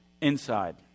Inside